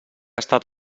estat